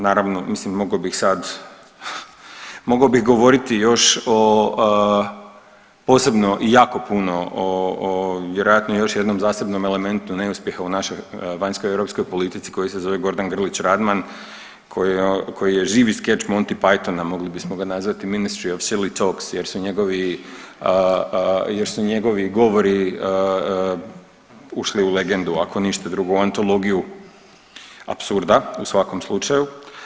Naravno, mislim mogao bih sad govoriti još posebno i jako puno o vjerojatno još jednom zasebnom elementu neuspjeha u našoj vanjskoj i europskoj politici koji se zove Gordan Grlić Radman koji je živi skeč Monty Pythona mogli bismo ga nazvati ministri of tooks jer su njegovi govori ušli u legendu ako ništa drugo, antologiju apsurda u svakom slučaju.